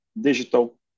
digital